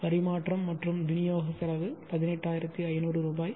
பரிமாற்றம் மற்றும் விநியோக செலவு 18500 ரூபாய்